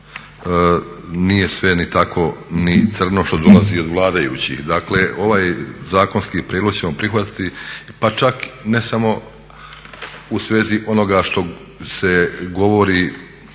Nije sve ni tako crno što dolazi od vladajućih. Dakle, ovaj zakonski prijedlog ćemo prihvatiti, pa čak ne samo u svezi onoga što se govori